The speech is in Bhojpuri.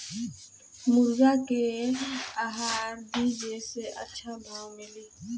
मुर्गा के का आहार दी जे से अच्छा भाव मिले?